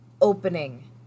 opening